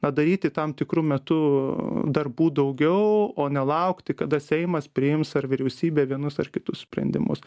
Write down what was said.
na daryti tam tikru metu darbų daugiau o ne laukti kada seimas priims ar vyriausybė vienus ar kitus sprendimus